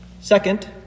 Second